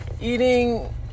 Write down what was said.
eating